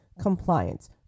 compliance